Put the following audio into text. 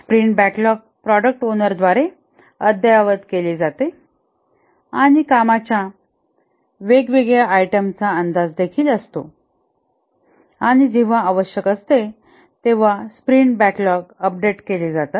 sprint backlog product ओनरद्वारे अद्ययावत केले जाते आणि कामाच्या वेगवेगळ्या आयटमचा अंदाज देखील असतो आणि जेव्हा आवश्यक असते तेव्हा स्प्रिंट बॅकलॉग अपडेट केले जातात